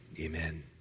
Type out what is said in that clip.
Amen